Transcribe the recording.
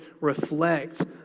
reflect